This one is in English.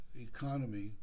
economy